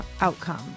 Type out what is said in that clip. outcome